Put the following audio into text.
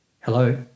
Hello